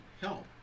help